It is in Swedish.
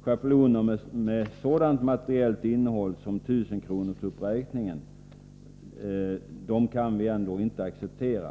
Schabloner med sådant materiellt innehåll som 1 000-kronorsuppräkningen kan vi ändå inte acceptera.